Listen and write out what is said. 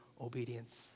Obedience